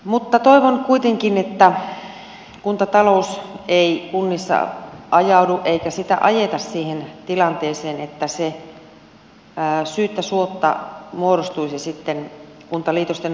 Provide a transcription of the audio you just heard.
mutta toivon kuitenkin että kuntatalous ei kunnissa ajaudu eikä sitä ajeta siihen tilanteeseen että se syyttä suotta muodostuisi sitten kuntaliitosten vauhdittajaksi